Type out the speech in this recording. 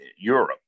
Europe